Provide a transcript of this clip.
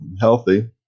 healthy